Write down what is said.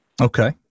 Okay